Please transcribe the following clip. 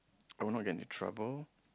I will not get into trouble